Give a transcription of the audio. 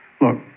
Look